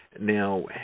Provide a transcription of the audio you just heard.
Now